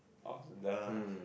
on the